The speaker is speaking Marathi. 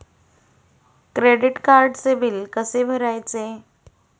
क्रेडिट कार्डचे बिल कसे भरायचे?